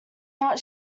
not